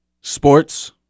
Sports